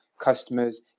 customers